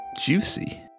juicy